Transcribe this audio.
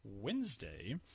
wednesday